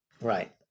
Right